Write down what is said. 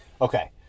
Okay